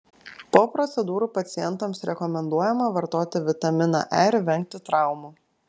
po procedūrų pacientams rekomenduojama vartoti vitaminą e ir vengti traumų